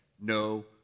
no